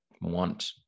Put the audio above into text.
want